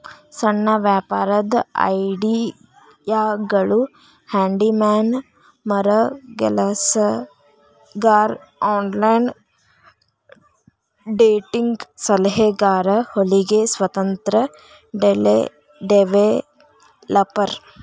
ಸಣ್ಣ ವ್ಯಾಪಾರದ್ ಐಡಿಯಾಗಳು ಹ್ಯಾಂಡಿ ಮ್ಯಾನ್ ಮರಗೆಲಸಗಾರ ಆನ್ಲೈನ್ ಡೇಟಿಂಗ್ ಸಲಹೆಗಾರ ಹೊಲಿಗೆ ಸ್ವತಂತ್ರ ಡೆವೆಲಪರ್